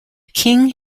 king